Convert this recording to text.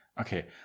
okay